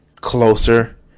closer